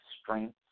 strength